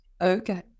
okay